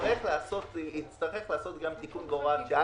יצטרך להיעשות גם תיקון בהוראת שעה.